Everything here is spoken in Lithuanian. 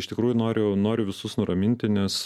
iš tikrųjų noriu noriu visus nuraminti nes